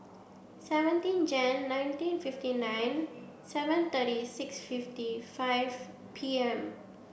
seventeen Jan nineteen fifty nine seven thirty six fifty five P M